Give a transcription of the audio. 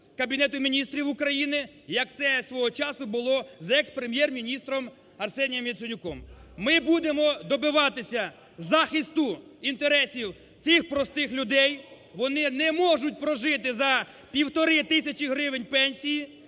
Кабінету Міністрів України, як це свого часу було з екс-прем'єр-міністром Арсенієм Яценюком. Ми будемо добиватися захисту інтересів цих простих людей. Вони не можуть прожити за півтори тисячі гривень пенсії.